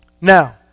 Now